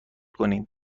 کنیم